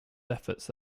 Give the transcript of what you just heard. efforts